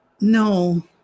No